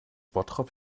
bottrop